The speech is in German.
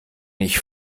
ich